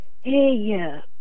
hey